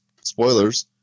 spoilers